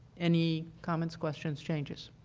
any comments, questions, changes?